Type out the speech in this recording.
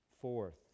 Fourth